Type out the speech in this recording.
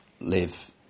live